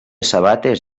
sabates